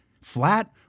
flat